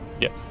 yes